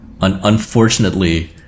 unfortunately